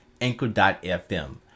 Anchor.fm